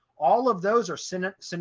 all of those are synonyms, and